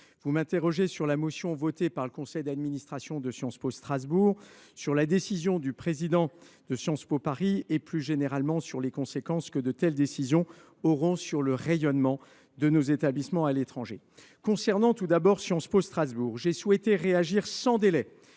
vous m’interrogez sur la motion adoptée par le conseil d’administration de Sciences Po Strasbourg, sur une décision du président de Sciences Po Paris, et plus généralement sur les conséquences de telles initiatives sur le rayonnement de nos établissements à l’étranger. En ce qui concerne Sciences Po Strasbourg, j’ai souhaité réagir sans délai